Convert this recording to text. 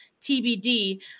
TBD